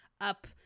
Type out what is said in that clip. up